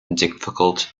difficult